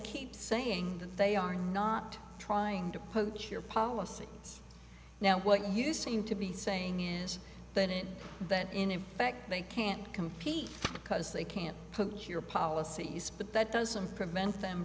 keep saying that they are not trying to put your policy now what you seem to be saying is that it that in effect they can't compete because they can't put your policies but that doesn't prevent them